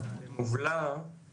אבל יש